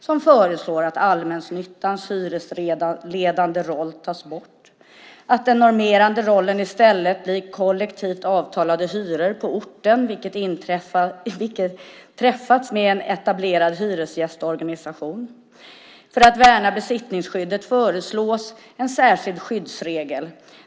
De föreslår att allmännyttans hyresledande roll tas bort och att den normerande rollen i stället blir kollektivt avtalade hyror på orten vilka träffats med en etablerad hyresgästorganisation. För att värna besittningsskyddet föreslås en särskild skyddsregel.